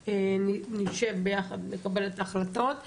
נשב ביחד ונקבל את ההחלטות.